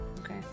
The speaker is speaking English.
Okay